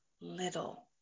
little